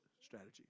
strategy